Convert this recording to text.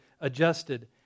adjusted